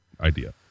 idea